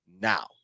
now